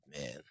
man